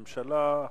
ממשלה,